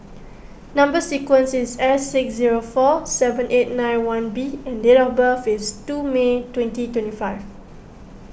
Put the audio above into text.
Number Sequence is S six zero four seven eight nine one B and date of birth is two May twenty twenty five